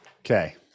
Okay